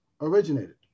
originated